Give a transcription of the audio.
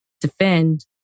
defend